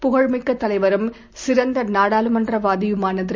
புகழ்மிக்கதலைவரும் சிறந்தநாடாளுமன்றவாதியுமானதிரு